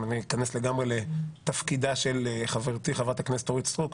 אם אני אכנס לגמרי לתפקידה של חברתי חברת הכנסת אורית סטרוק,